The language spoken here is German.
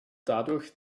dadurch